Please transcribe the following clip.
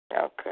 Okay